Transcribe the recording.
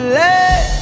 let